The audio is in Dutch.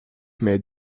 mij